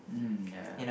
mm yeah